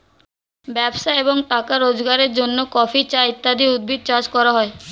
ব্যবসা এবং টাকা রোজগারের জন্য কফি, চা ইত্যাদি উদ্ভিদ চাষ করা হয়